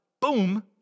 Boom